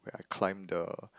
where I climb the